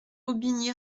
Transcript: aubigné